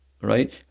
right